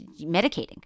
medicating